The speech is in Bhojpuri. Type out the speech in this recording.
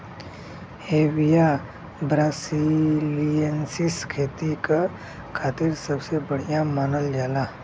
हेविया ब्रासिलिएन्सिस खेती क खातिर सबसे बढ़िया मानल जाला